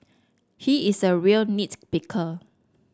he is a real nits picker